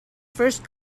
first